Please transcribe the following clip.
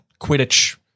Quidditch